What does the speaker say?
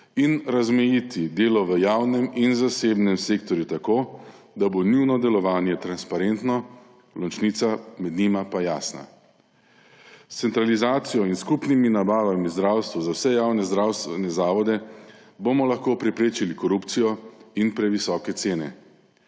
in razmejiti delo v javnem in zasebnem sektorju tako, da bo njuno delovanje transparentno, ločnica med njima pa jasna. S centralizacijo in skupnimi nabavami v zdravstvu za vse javne zdravstvene zavode bomo lahko preprečili korupcijo in previsoke cene.